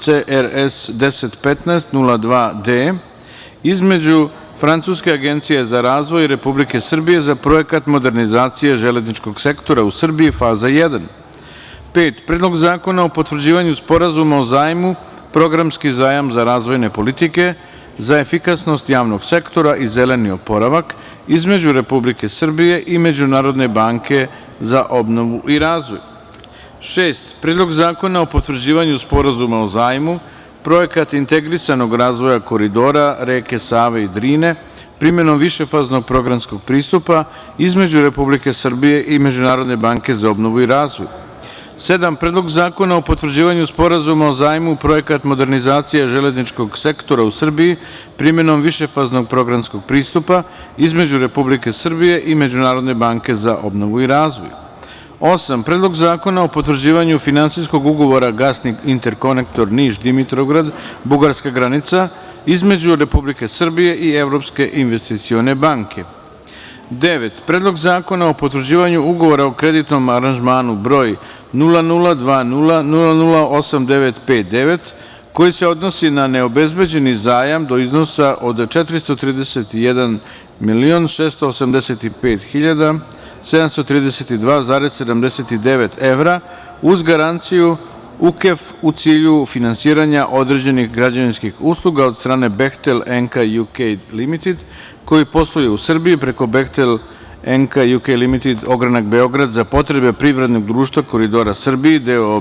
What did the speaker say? CRS 1015 02 D između Francuske agencije za razvoj i Republike Srbije za Projekat modernizacije železničkog sektora u Srbiji Faza 1, Predlog zakona o potvrđivanju Sporazuma o zajmu (Programski zajam za razvojne politike za efikasnost javnog sektora i zeleni oporavak) između Republike Srbije i Međunarodne banke za obnovu i razvoj, Predlog zakona o potvrđivanju Sporazuma o zajmu (Projekat integrisanog razvoja koridora reke Save i Drine primenom višefaznog programskog pristupa) između Republike Srbije i Međunarodne banke za obnovu i razvoj, Predlog zakona o potvrđivanju Sporazuma o zajmu (Projekat modernizacije železničkog sektora u Srbiji primenom višefaznog programskog pristupa) između Republike Srbije i Međunarodne banke za obnovu i razvoj, Predlog zakona o potvrđivanju Finansijskog ugovora Gasni interkonektor Niš - Dimitrovgrad - Bugarska (granica) između Republike Srbije i Evropske investicione banke, Predlog zakona o potvrđivanju Ugovora o kreditnom aranžmanu br. 0020008959 koji se odnosi na neobezbeđeni zajam do iznosa od 431.685.732,79 evra uz garanciju UKEF u cilju finansiranja određenih građevinskih usluga od strane Bechtel Enka UK Limited, koji posluje u Srbiji preko Bechtel Enka UK Limited Ogranak Beograd za potrebe privrednog društva „Koridori Srbije“ d.o.o.